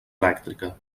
elèctrica